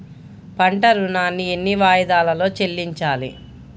పంట ఋణాన్ని ఎన్ని వాయిదాలలో చెల్లించాలి?